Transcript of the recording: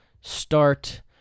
start